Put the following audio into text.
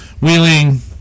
wheeling